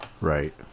Right